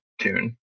tune